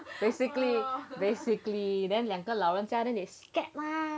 basically basically then 两个老人家 then they scared mah